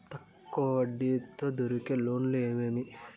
తక్కువ వడ్డీ తో దొరికే లోన్లు ఏమేమి